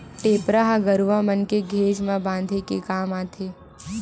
टेपरा ह गरुवा मन के घेंच म बांधे के काम आथे